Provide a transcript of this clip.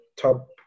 top